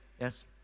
Yes